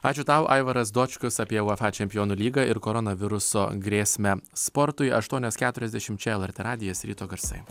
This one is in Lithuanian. ačiū tau aivaras dočkus apie uefa čempionų lygą ir koronaviruso grėsmę sportui aštuonios keturiasdešimt čia lrt radijas ryto garsai